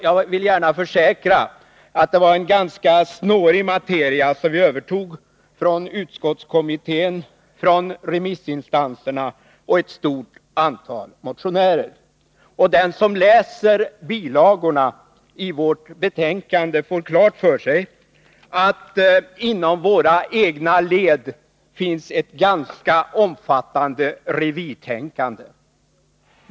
Jag vill gärna försäkra att det var ett mycket ”snårigt” material som vi övertog från utskottskommittén, remissinstanserna och ett stort antal motionärer. Den som läser bilagorna till vårt betänkande får klart för sig att det inom våra egna led finns ett ganska omfattande revirtänkande.